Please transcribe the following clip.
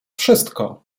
wszystko